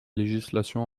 législation